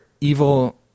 evil